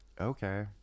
okay